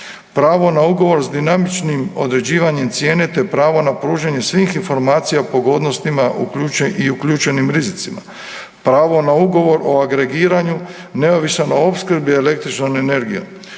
pravo na ugovor s dinamičnim određivanjem cijene, te pravo na pružanje svih informacija o pogodnostima i uključenim rizicima, pravo na Ugovor o agregiranju neovisan o opskrbi električnom energijom,